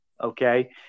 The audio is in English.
okay